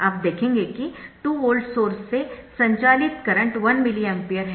आप देखेंगे कि 2 वोल्ट सोर्स से संचालित करंट 1 मिली एम्पीयर है